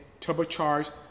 turbocharged